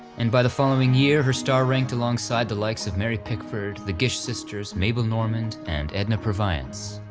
and by the following year her star ranked alongside the likes of mary pickford, the gish sisters, mabel normand and edna purviance.